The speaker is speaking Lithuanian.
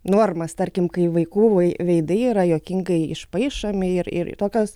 normas tarkim kai vaikų veidai yra juokingai išpaišomi ir ir tokios